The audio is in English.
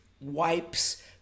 wipes